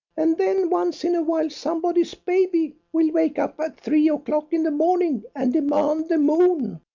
and then once in a while somebody's baby will wake up at three o'clock in the morning and demand the moon,